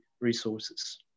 resources